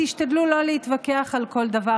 תשתדלו לא להתווכח על כל דבר,